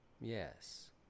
Yes